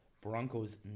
Broncos